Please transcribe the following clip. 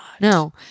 No